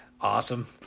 awesome